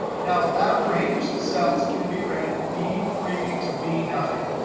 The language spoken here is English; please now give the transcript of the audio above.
now, that range of cells can be read b three to b nine.